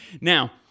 now